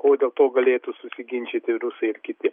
ko dėl to galėtų susiginčyti rusai ir kiti